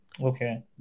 Okay